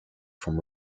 from